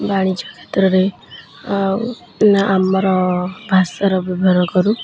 ବାଣିଜ୍ୟ କ୍ଷେତ୍ରରେ ଆଉ ନାଁ ଆମର ଭାଷାର ବ୍ୟବହାର କରୁ